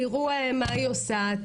תראו מה היא עושה,